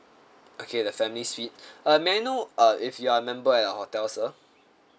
okay the family suite uh may I know uh if you are a member at our hotel sir